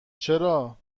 چرا